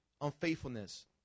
unfaithfulness